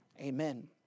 Amen